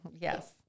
Yes